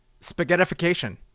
Spaghettification